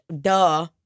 Duh